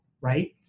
right